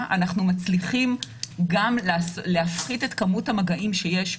אנחנו מצליחים גם להפחית את כמות המגעים שיש.